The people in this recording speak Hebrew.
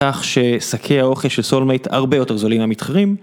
כך ששקי האוכל של סול מייט הרבה יותר זולים למתחרים.